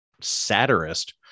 satirist